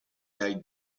dai